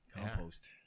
compost